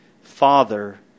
Father